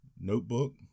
notebook